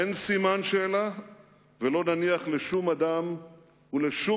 אין סימן שאלה ולא נניח לשום אדם ולשום